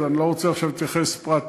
אז אני לא רוצה עכשיו להתייחס פרט-פרט.